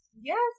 Yes